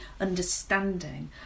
understanding